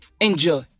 Enjoy